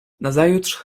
nazajutrz